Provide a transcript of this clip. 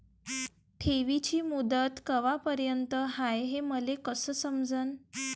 ठेवीची मुदत कवापर्यंत हाय हे मले कस समजन?